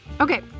Okay